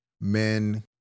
men